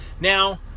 now